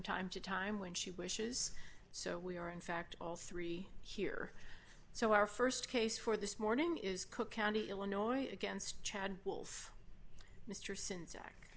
time to time when she wishes so we are in fact also three here so our st case for this morning is cook county illinois against chad will